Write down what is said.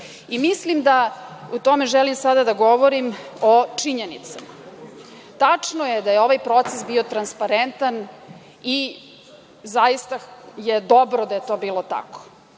to apsolutno ne stoji. Želim sada da govorim o činjenicama. Tačno je da je ovaj proces bio transparentan i zaista je dobro da je to bilo tako,